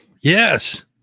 yes